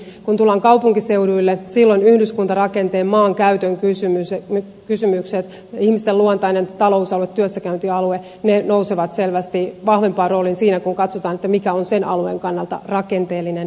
kun tullaan kaupunkiseuduille silloin yhdyskuntarakenteen maankäytön kysymykset ihmisten luontainen talousalue työssäkäyntialue nousevat selvästi vahvempaan rooliin siinä kun katsotaan mikä on sen alueen kannalta rakenteellinen ongelma